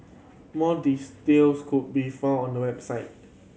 more could be found on the website